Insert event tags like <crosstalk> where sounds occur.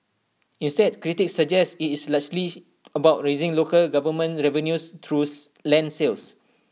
instead critics suggest IT is largely about raising local government revenues <unintelligible> land sales